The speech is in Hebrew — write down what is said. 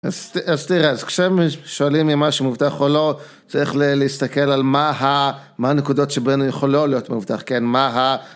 אז... אז תראה, אז כששואלים אם משהו מאובטח או לא, צריך להסתכל על מה ה... מה הנקודות שבהן הוא יכול להיות לא מאובטח, כן, מה ה...